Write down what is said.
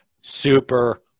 Super